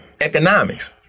Economics